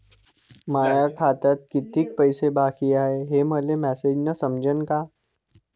माया खात्यात कितीक पैसे बाकी हाय हे मले मॅसेजन समजनं का?